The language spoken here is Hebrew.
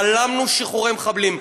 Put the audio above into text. בלמנו שחרורי מחבלים,